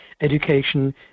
education